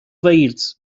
veils